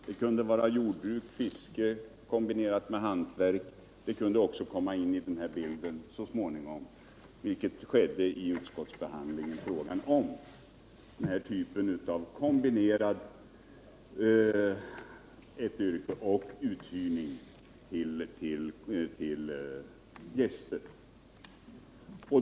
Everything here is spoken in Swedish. Det kunde exempelvis röra sig om jordbruk eller fiske kombinerat med hantverk. Vid utskottsbehandlingen togs också frågan upp om det här sättet att kombinera med stuguthyrning till gäster.